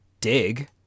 dig